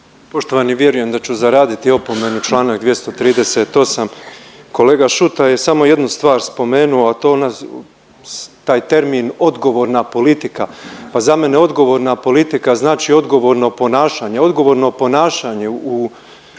Poštovani, vjerujem da ću zaraditi opomenu, čl. 238., kolega Šuta je samo jednu stvar spomenuo, a to je ona taj termin odgovorna politika. Pa za mene odgovorna politika znači odgovorno ponašanje,